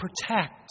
protect